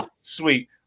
sweet